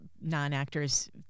non-actors